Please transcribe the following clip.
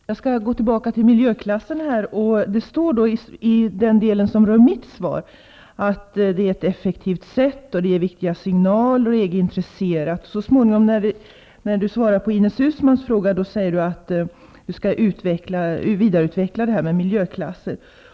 Herr talman! Jag skall gå tillbaka till miljöklasserna. I den del av svaret som gäller min fråga står det att det är ett effektivt sätt, att det är viktiga signaler och att man inom EG är intresserad. När miljöministern i svaret tar upp Ines Uusmanns fråga säger han att han skall vidareutveckla miljöklasserna.